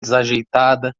desajeitada